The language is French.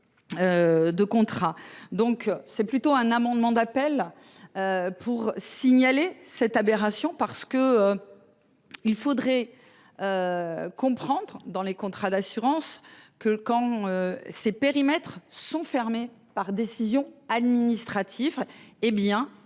De contrat donc c'est plutôt un amendement d'appel. Pour signaler cette aberration parce que. Il faudrait. Comprendre dans les contrats d'assurance que quand ces périmètres sont fermées par décision administrative, hé bien